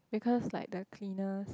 because like the cleaners